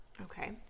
Okay